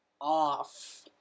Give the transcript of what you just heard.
off